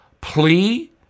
plea